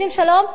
רוצים שלום?